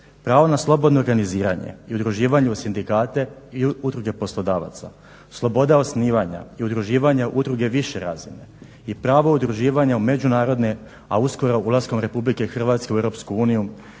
pravo na slobodno organiziranje i udruživanje u sindikate i udruge poslodavaca, sloboda osnivanja i udruživanja udruge više razine i pravo udruživanja u međunarodne, a uskoro ulaskom Republike Hrvatske u EU